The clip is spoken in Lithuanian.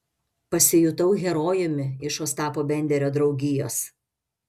pasijutau herojumi iš ostapo benderio draugijos